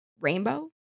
rainbow